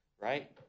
right